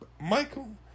Michael